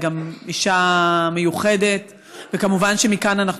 היא גם אישה מיוחדת וכמובן שמכאן אנחנו